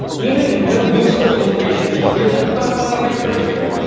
even if no useful information is given about the body temperature of a chicken,